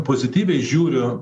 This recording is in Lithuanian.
pozityviai žiūriu